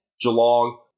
Geelong